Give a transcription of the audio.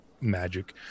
magic